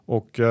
Och